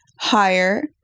higher